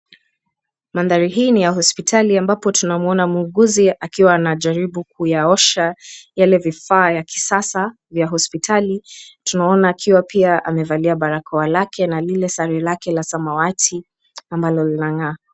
Mandari hii niya hospitali ambapo tuna muona muuguzi akiwa anajaribu kuosha vifaa vyakisasa vya hospitali tunaona pia akiwa amevalia barakoa na ile sare yake ya samawati ambalo linang'a.